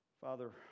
Father